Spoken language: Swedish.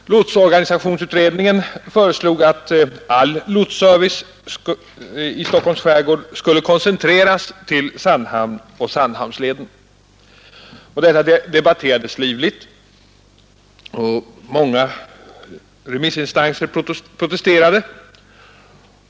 Lotsorganisationsutredningen föreslog att all lotsservice i Stockholms skärgård skulle koncentreras till Sandhamn och Sandhamnsleden. Detta debatterades livligt. Många remissinstanser protesterade.